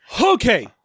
okay